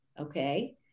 okay